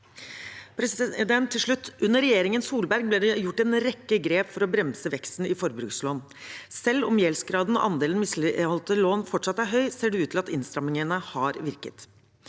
Under regjeringen Solberg ble det gjort en rekke grep for å bremse veksten i forbrukslån. Selv om gjeldsgraden og andelen misligholdte lån fortsatt er høy, ser det ut til at innstrammingene har virket.